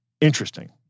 Interesting